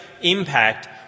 impact